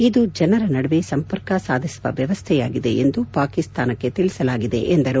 ಇದು ಜನರ ನಡುವೆ ಸಂಪರ್ಕ ಸಾಧಿಸುವ ವ್ಯವಸ್ಡೆಯಾಗಿದೆ ಎಂದು ಪಾಕಿಸ್ತಾನಕ್ಕೆ ತಿಳಿಸಲಾಗಿದೆ ಎಂದರು